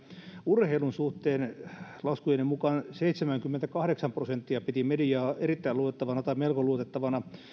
urheilun suhteen laskujeni mukaan seitsemänkymmentäkahdeksan prosenttia piti mediaa erittäin luotettavana tai melko luotettavana